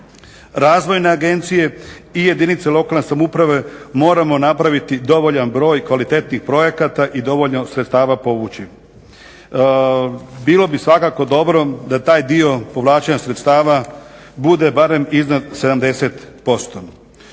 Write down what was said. razvojne agencije i jedinice lokalne samouprave moramo napraviti dovoljan broj kvalitetnih projekata i dovoljno sredstava povući. Bilo bi svakako dobro da taj dio povlačenja sredstava bude barem iznad 70%.